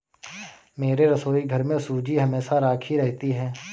मेरे रसोईघर में सूजी हमेशा राखी रहती है